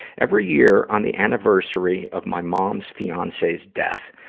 every year, on the anniversary of my mom's fiance's death,